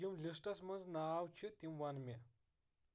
یِم لسٹس منز ناو چھِ تِم ون مےٚ